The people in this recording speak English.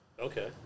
Okay